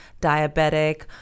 diabetic